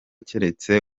keretse